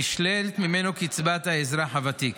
נשללת ממנו קצבת האזרח הוותיק.